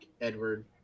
Edward